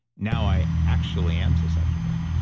now i actually am susceptible.